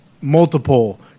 multiple